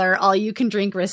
all-you-can-drink